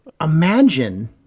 Imagine